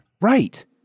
Right